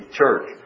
church